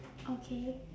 okay